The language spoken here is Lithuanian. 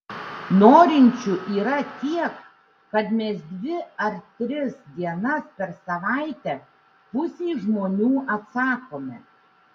norinčių yra tiek kad mes dvi ar tris dienas per savaitę pusei žmonių atsakome